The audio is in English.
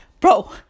Bro